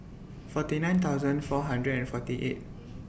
forty nine thousand four hundred and forty eight